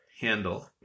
handle